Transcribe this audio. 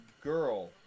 girl